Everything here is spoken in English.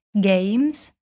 games